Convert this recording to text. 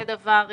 זה דבר אחד.